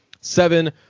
seven